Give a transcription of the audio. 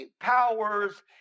powers